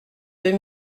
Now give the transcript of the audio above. deux